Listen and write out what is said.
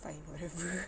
fine whatever